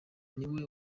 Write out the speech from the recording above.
niwe